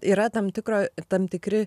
yra tam tikro tam tikri